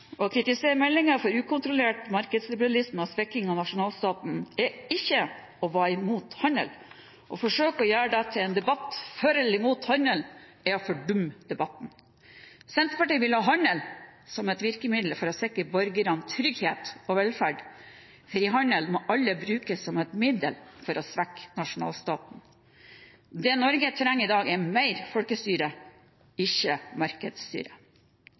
Å kritisere meldingen for ukontrollert markedsliberalisme og svekking av nasjonalstaten er ikke å være imot handel. Å forsøke å gjøre dette til en debatt for eller imot handel er å fordumme debatten. Senterpartiet vil ha handel som et virkemiddel for å sikre borgerne trygghet og velferd. Frihandel må aldri brukes som et middel for å svekke nasjonalstaten. Det Norge trenger i dag, er mer folkestyre, ikke markedsstyre.